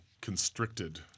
constricted